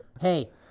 Hey